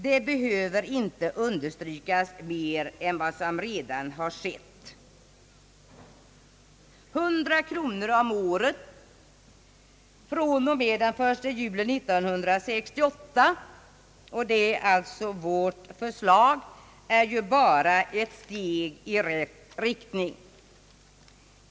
Det behöver inte understrykas mer än vad som redan har skett. Vårt förslag om en höjning av barnbidraget med 100 kronor om året per barn fr.o.m., den 1 juli 1968 är bara ett steg i rätt riktning.